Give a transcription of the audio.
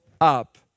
up